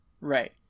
Right